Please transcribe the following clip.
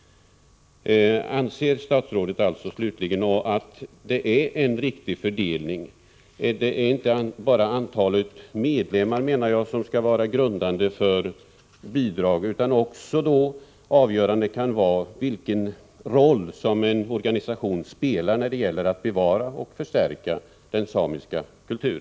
Anser statsrådet slutligen att det är en riktig fördelning? Jag anser att inte bara antalet medlemmar skall vara grund för bidrag. Avgörande kan också vara vilken roll en organisation spelar när det gäller att bevara och förstärka den samiska kulturen.